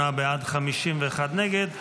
58 בעד, 51 נגד.